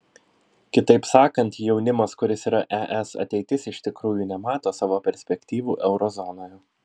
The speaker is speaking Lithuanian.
kitaip sakant jaunimas kuris yra es ateitis iš tikrųjų nemato savo perspektyvų euro zonoje